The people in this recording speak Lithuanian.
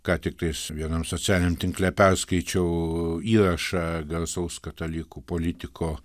ką tiktais vienam socialiniam tinkle perskaičiau įrašą garsaus katalikų politiko